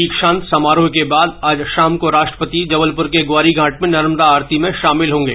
दीक्षांत समारोह के बाद आज शाम को राष्ट्रपति जबलपुर के ग्वारीघाट में नर्मदा आरती में शामिल होंगे